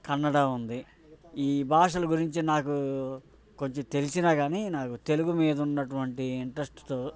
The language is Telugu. కన్నడ ఉంది ఈ భాషల గురించి నాకు కొంచెం తెలిసినా కానీ నాకు తెలుగు మీద ఉన్నటువంటి ఇంట్రస్ట్తో